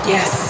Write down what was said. Yes